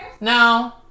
no